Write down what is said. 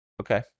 Okay